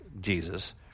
Jesus